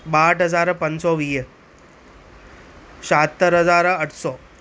ॿाहठि हज़ार पंज सौ वीह छाहतरि हज़ार अठ सौ